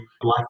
Black